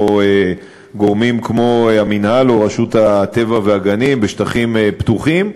גורמים כמו המינהל או רשות הטבע והגנים בשטחים פתוחים.